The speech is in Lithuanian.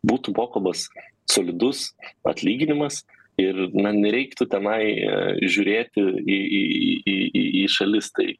būtų mokamas solidus atlyginimas ir na nereiktų tenai žiūrėti į į į į į į šalis tai